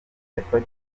yafatiwe